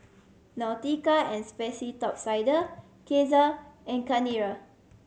Nautica and Sperry Top Sider Cesar and Chanira